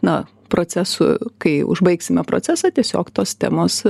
na procesų kai užbaigsime procesą tiesiog tos temos